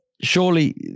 surely